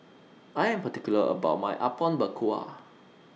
I Am particular about My Apom Berkuah